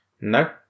No